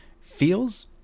feels